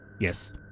Yes